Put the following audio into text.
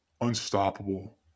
unstoppable